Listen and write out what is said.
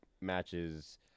matches